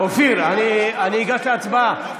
אופיר, אני אגש להצבעה.